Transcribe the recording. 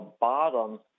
bottom